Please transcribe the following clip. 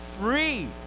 free